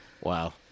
Wow